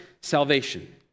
salvation